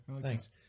Thanks